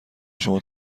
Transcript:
شما